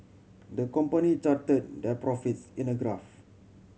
the company charted their profits in a graph